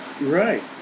Right